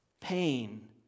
pain